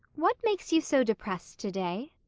what makes you so depressed today?